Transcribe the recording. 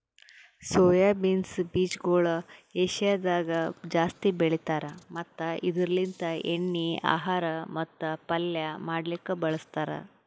soya beans ಬೀಜಗೊಳ್ ಏಷ್ಯಾದಾಗ್ ಜಾಸ್ತಿ ಬೆಳಿತಾರ್ ಮತ್ತ ಇದುರ್ ಲಿಂತ್ ಎಣ್ಣಿ, ಆಹಾರ ಮತ್ತ ಪಲ್ಯ ಮಾಡ್ಲುಕ್ ಬಳಸ್ತಾರ್